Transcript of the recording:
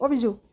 অঁ বিজু